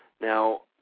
Now